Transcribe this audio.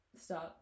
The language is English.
start